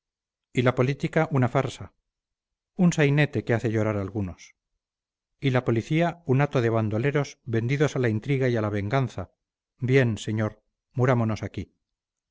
y la política una farsa un sainete que hace llorar a algunos y la policía un hato de bandoleros vendidos a la intriga o a la venganza bien señor murámonos aquí